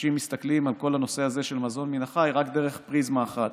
אנשים מסתכלים על כל הנושא הזה של מזון מן החי רק דרך פריזמה אחת,